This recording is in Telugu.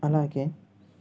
అలాగే